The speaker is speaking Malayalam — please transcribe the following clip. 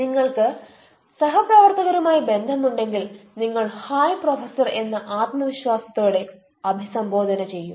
നിങ്ങൾക്ക് സഹപ്രവർത്തകരുമായി ബന്ധമുണ്ടെങ്കിൽ നിങ്ങൾ ഹായ് പ്രൊഫസർ എന്ന് ആത്മവിശ്വാസത്തോടെ അഭിസംബോധന ചെയ്യും